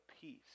peace